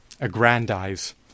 aggrandize